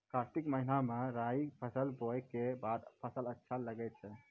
कार्तिक महीना मे राई फसल बोलऽ के बाद फसल अच्छा लगे छै